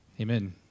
amen